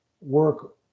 work